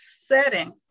setting